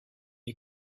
est